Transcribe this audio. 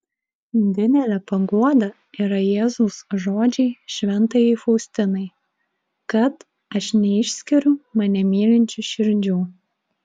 didelė paguoda yra jėzaus žodžiai šventajai faustinai kad aš neišskiriu mane mylinčių širdžių